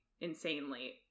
insanely